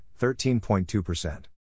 13.2%